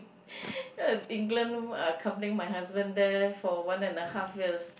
uh England uh accompanying my husband there for one and a half years